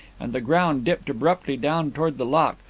and the ground dipped abruptly down towards the loch,